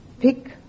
pick